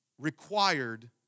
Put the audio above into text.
required